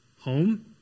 home